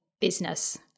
business